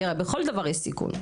כי הרי בכל ניתוח יש סיכון,